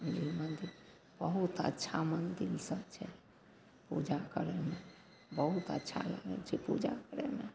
बहुत अच्छा मन्दिर सब छै पूजा करैमे बहुत अच्छा होइ छै पूजा करैमे